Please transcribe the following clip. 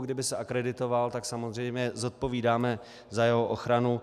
Kdyby se akreditoval, tak samozřejmě zodpovídáme za jeho ochranu.